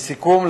לסיכום,